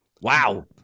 Wow